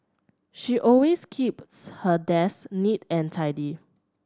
she always keeps her desk neat and tidy